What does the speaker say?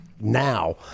now